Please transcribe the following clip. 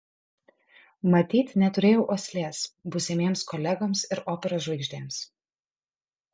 matyt neturėjau uoslės būsimiems kolegoms ir operos žvaigždėms